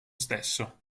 stesso